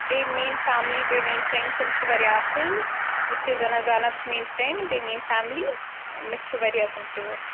بیٚیہِ میٲنۍ فیملی بیٚیہِ میٲنۍ فرینڈ تِم چھِ واریاہ اَصٕل یُس کہ زَنا زینب چھِ میٲنۍ فرینڈ بیٚیہِ میٲنۍ فیملی مےٚ چھِ واریاہ تِم ٹٲٹھۍ